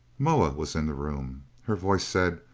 moa was in the room. her voice said,